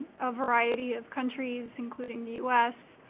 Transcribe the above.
a variety of countries including the u s.